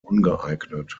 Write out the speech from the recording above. ungeeignet